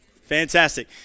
Fantastic